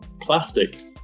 plastic